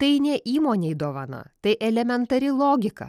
tai ne įmonei dovana tai elementari logika